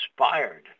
inspired